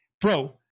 Bro